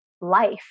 life